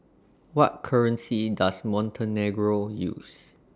What currency Does Montenegro use